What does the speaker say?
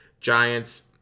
Giants